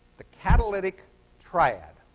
the catalytic triad.